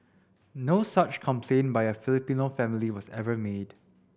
no such complaint by a Filipino family was ever made